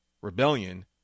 Rebellion